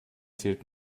zielt